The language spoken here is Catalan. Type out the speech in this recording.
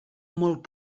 molt